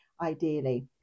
ideally